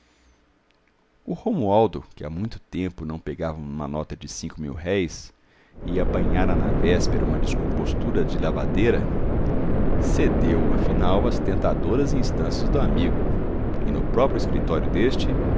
o romualdo que há muito tempo não pegava numa nota de cinco mil-réis e apanhara na véspera uma descompostura de lavadeira cedeu afinal às tentadoras instâncias do amigo e no próprio escritório deste